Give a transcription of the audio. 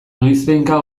noizbehinka